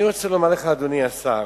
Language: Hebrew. אני רוצה לומר לך, אדוני השר,